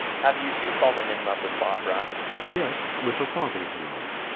have you, too, fallen in love with barbara yes, with a father's love.